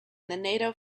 nato